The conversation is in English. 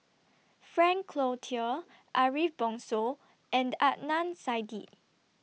Frank Cloutier Ariff Bongso and Adnan Saidi